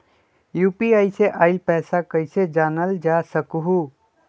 UPI से आईल पैसा कईसे जानल जा सकहु?